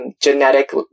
genetic